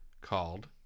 called